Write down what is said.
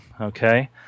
okay